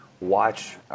watch